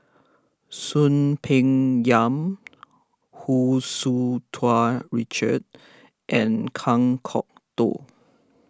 Soon Peng Yam Hu Tsu Tau Richard and Kan Kwok Toh